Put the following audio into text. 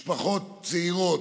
משפחות צעירות,